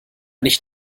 nicht